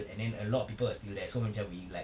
and then a lot of people were still there so macam we like